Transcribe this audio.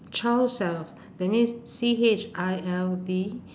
child self that means C H I L D